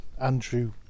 Andrew